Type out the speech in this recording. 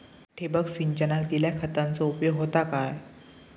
ठिबक सिंचनान दिल्या खतांचो उपयोग होता काय?